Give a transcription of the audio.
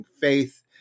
Faith